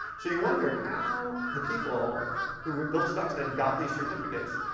so you wonder how the people who built stuxnet got these certificates.